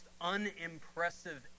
unimpressive